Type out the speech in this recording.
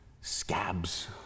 scabs